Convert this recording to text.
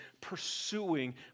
pursuing